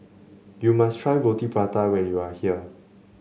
you must try Roti Prata when you are here